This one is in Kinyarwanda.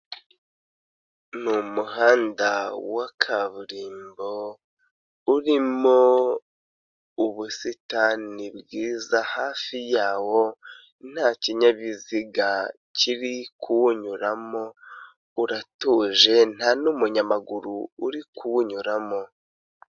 Ni umuhanda wa kaburimbo urimo ubusitani bwiza. Hafi yawo nta kinyabiziga kiri kuwunyuramo uratuje, nta n'umunyamaguru uri kuwunyuramo.